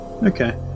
Okay